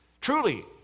Truly